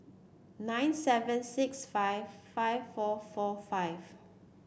nine seven six five five four four five